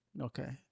okay